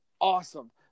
awesome